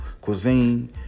cuisine